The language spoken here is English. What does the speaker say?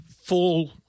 full